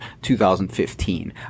2015